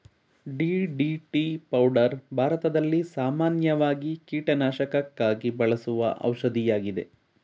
DDT powder ಭಾರತದಲ್ಲಿ ಸಾಮಾನ್ಯವಾಗಿ ಕೀಟನಾಶಕಕ್ಕಾಗಿ ಬಳಸುವ ಔಷಧಿಯಾಗಿದೆ